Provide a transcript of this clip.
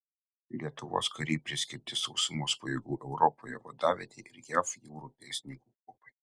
lietuvos kariai priskirti sausumos pajėgų europoje vadavietei ir jav jūrų pėstininkų kuopai